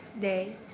day